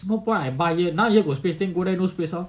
no point I buy now here got space there no space then how